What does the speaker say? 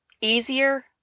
easier